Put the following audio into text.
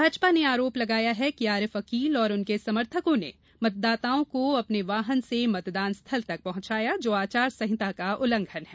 भाजपा ने आरोप लगाया है कि आरिफ अकील और उनके समर्थकों ने मतदाताओं को अपने वाहन से मतदानस्थल तक पहुंचाया जो आचार संहिता का उल्लंघन है